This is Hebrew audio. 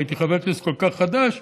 כי הייתי חבר כנסת כל כך חדש,